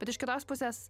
bet iš kitos pusės